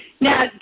Now